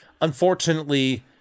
unfortunately